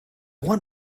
want